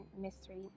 mystery